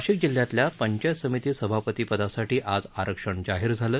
नाशिक जिल्ह्यातल्या पंचायत समिती सभापती पदासाठी आज आरक्षण जाहीर झालं